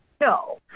No